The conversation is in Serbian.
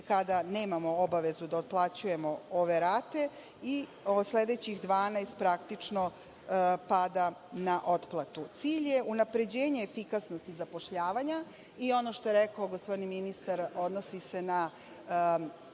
kada nemamo obavezu da otplaćujemo ove rate i sledećih 12 praktično pada na otplatu. Cilj je unapređenje efikasnosti zapošljavanja i ono što je rekao gospodin ministar, odnosi se na